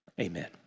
Amen